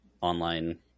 online